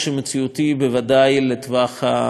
בוודאי לטווח הקרוב.